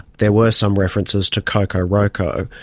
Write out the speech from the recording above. there were some references to coco roco,